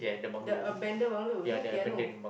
the abandoned bungalow no piano